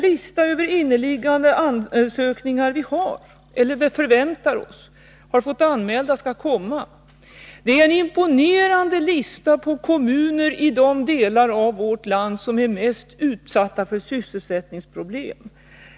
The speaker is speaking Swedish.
Listan över inneliggande, förväntade och anmälda ansökningar är en imponerande lista på kommuner i de delar av vårt land som är mest utsatta för sysselsättningsproblem.